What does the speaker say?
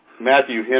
Matthew